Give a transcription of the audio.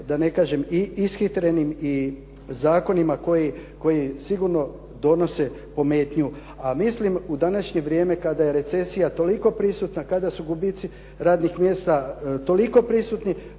da ne kažem, ishitrenim i zakonima koji sigurno donose pometnju. A mislim u današnje vrijeme kada je recesija toliko prisutna, kada su gubici radnih mjesta toliko prisutni